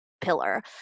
pillar